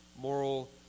moral